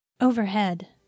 Overhead